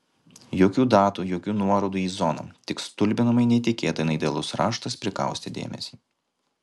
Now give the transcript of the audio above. jokių datų jokių nuorodų į zoną tik stulbinamai neįtikėtinai dailus raštas prikaustė dėmesį